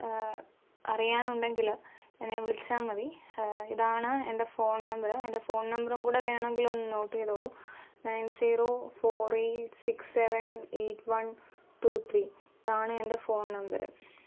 അറിയാനുണ്ടെങ്കിൽ എന്നെ വിളിച്ചാൽ മതി ഇതാണ് എൻ്റെ ഫോൺ നമ്പർ എൻ്റെ ഫോൺ നമ്പറും കൂടെ വേണമെങ്കിൽ ഒന്ന് നോട്ട് ചെയ്തോളൂ nine zero four eight six seven eight one two three ഇതാണ് എൻ്റെ ഫോൺ നമ്പർ